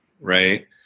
right